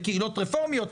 בקהילות רפורמיות.